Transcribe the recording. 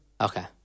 Okay